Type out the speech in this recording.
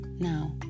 now